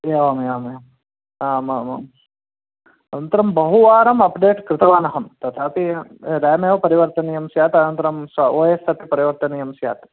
एवमेवमेवम् आमामाम् अनन्तरं बहुवारम् अप्डेट् कृतवान् अहं तथापि रेम् एव परिवर्तनीयं स्यात् अनन्तरं ओ एस् अपि परिवर्तनीयं स्यात्